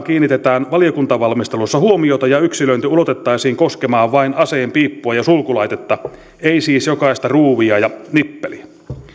kiinnitetään valiokuntavalmistelussa huomiota ja yksilöinti ulotettaisiin koskemaan vain aseen piippua ja sulkulaitetta ei siis jokaista ruuvia ja nippeliä